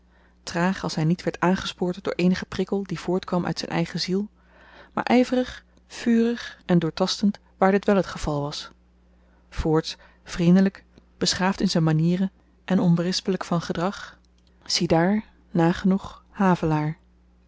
traag als hy niet werd aangespoord door eenigen prikkel die voortkwam uit zyn eigen ziel maar yverig vurig en doortastend waar dit wel het geval was voorts vriendelyk beschaafd in zyn manieren en onberispelyk van gedrag ziedaar nagenoeg havelaar